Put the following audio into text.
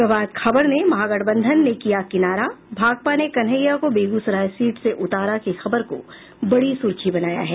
प्रभात खबर ने महागठबंधन ने किया किनारा भाकपा ने कन्हैया को बेगूसराय सीट से उतारा की खबर को बड़ी सुर्खी बनाया है